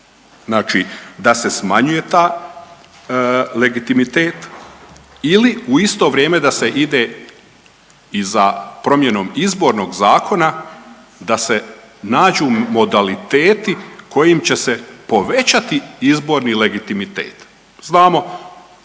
znači da se smanjuje ta legitimitet ili u isto vrijeme da se ide i za promjenom izbornog zakona da se nađu modaliteti kojim će se povećati izborni legitimitet. Znamo